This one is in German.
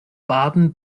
baden